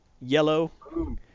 yellow